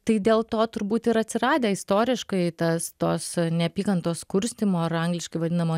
tai dėl to turbūt ir atsiradę istoriškai tas tos neapykantos kurstymo ar angliškai vadinamo